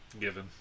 Given